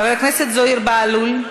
חבר הכנסת זוהיר בהלול,